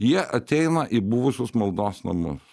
jie ateina į buvusius maldos namus